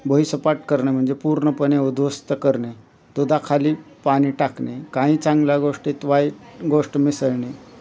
भुईसपाट करणं म्हणजे पूर्णपणे उध्वस्त करणे दुधाखाली पाणी टाकणे काही चांगल्या गोष्टीत वाईट गोष्ट मिसळणे